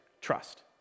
trust